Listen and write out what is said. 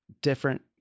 different